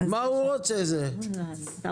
כשמדברים על נגישות של שפה בנקאית,